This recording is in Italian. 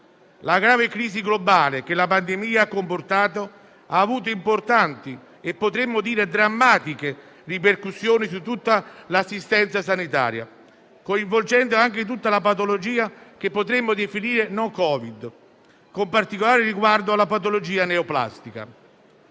La grave crisi globale che la pandemia comportato ha avuto importanti e potremmo dire drammatiche ripercussioni su tutta l'assistenza sanitaria, coinvolgendo tutte le patologie che potremmo definire no-Covid, con particolare riguardo alla patologia neoplastica.